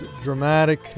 dramatic